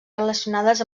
relacionades